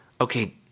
okay